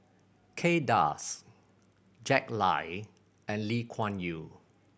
Kay Das Jack Lai and Lee Kuan Yew